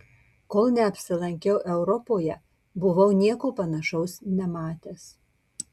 kol neapsilankiau europoje buvau nieko panašaus nematęs